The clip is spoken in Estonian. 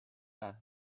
ära